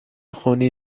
خونی